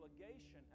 obligation